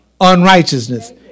unrighteousness